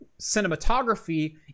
cinematography